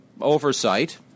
oversight